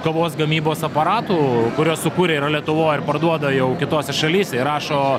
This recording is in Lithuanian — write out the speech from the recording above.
kavos gamybos aparatų kuriuos sukūrė yra lietuvoj ir parduoda jau kitose šalyse ir rašo